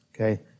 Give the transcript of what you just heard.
Okay